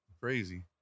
crazy